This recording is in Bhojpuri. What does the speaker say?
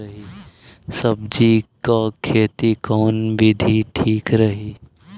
सब्जी क खेती कऊन विधि ठीक रही?